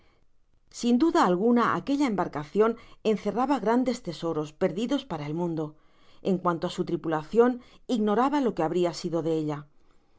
sin duda alguna aquella embarcacion encerraba grandes tesoros perdidos para el mundo en cuantoá su tripulacion ignoraba lo que habria sido de ella